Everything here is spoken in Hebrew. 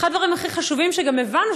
אחד הדברים הכי חשובים שגם הבנו,